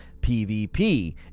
PvP